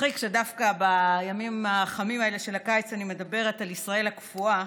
מצחיק שדווקא בימים החמים האלה של הקיץ אני מדברת על ישראל הקפואה,